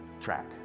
track